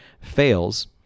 fails